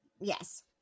Yes